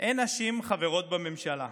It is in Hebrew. אין נשים חברות בממשלה,